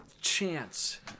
chance